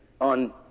on